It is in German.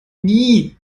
nie